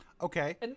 Okay